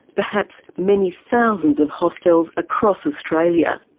perhaps many thousands of hostels across australia.